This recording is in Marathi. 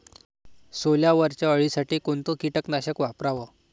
सोल्यावरच्या अळीसाठी कोनतं कीटकनाशक वापराव?